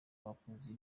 abakunzi